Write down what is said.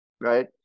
right